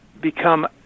become